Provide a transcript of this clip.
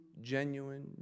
genuine